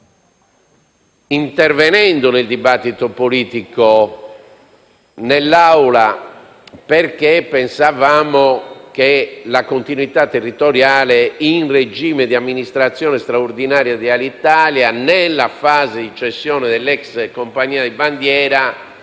intervenendo nel dibattito politico in Aula, convinti che la continuità territoriale in regime di amministrazione straordinaria di Alitalia, nella fase di cessione dell'ex compagnia di bandiera,